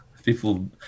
People